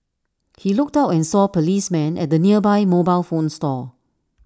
he looked out and saw policemen at the nearby mobile phone store